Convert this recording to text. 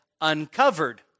uncovered